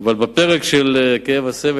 אבל בפרק של כאב וסבל,